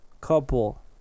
couple